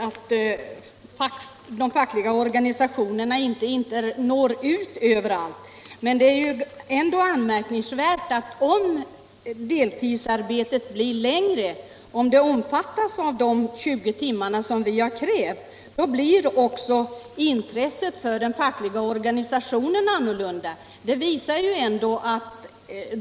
Herr talman! Det är helt klart att de fackliga organisationerna inte når ut överallt, men det är ju ändå ett anmärkningsvärt förhållande att intresset för den fackliga organisationen förändras så snart det gäller deltidstjänster på minst 20 timmar.